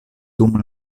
dum